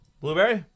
Blueberry